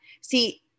see